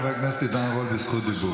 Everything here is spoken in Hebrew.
חבר הכנסת עידן רול ברשות דיבור.